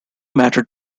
matter